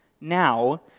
Now